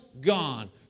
gone